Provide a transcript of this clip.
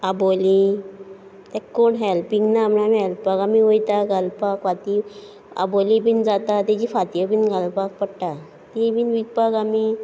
आबोलीं तेक कोण हॅल्प बी ना म्हूण आमी हॅल्पाक आमी वयता घालपाक आबोलीं बी जातात तेंची फांत्यो बी घालपाक पडटा तीं बी विकपाक आमी